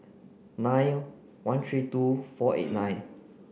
nine one three two four eight nine